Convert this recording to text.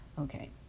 Okay